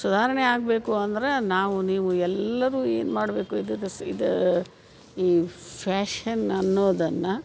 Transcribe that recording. ಸುಧಾರಣೆ ಆಗಬೇಕು ಅಂದರೆ ನಾವು ನೀವು ಎಲ್ಲರೂ ಏನು ಮಾಡಬೇಕು ಇದು ಈ ಫ್ಯಾಷನ್ ಅನ್ನೋದನ್ನು